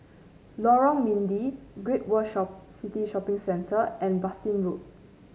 Lorong Mydin Great World Shop City Shopping Center and Bassein Road